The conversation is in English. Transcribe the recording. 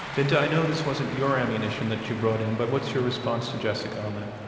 binta, i know this wasn't your ammunition that you brought in, but what's your response to jessica on that?